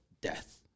death